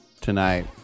tonight